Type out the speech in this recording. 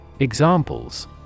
EXAMPLES